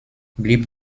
blieb